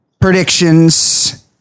Predictions